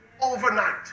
Overnight